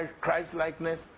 Christ-likeness